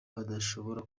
badashobora